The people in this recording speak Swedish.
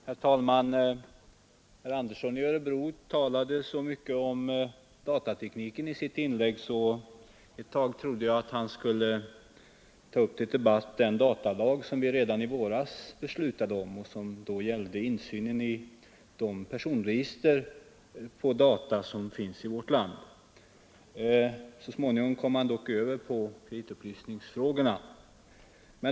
Herr talman! Herr Andersson i Örebro talade så mycket om datatekniken i sitt inlägg att jag ett tag trodde att han skulle ta upp till debatt den datalag som vi redan i våras beslutade om och som gällde insyn i de personregister på data som finns i vårt land. Så småningom kom han dock över på kreditupplysningsfrågorna.